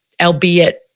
albeit